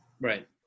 Right